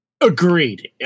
Agreed